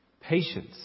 patience